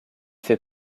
fait